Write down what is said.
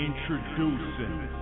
Introducing